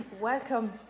welcome